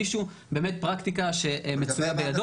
מישהו מהפרקטיקה שמצויה בידו.